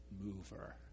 mover